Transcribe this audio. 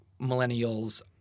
millennials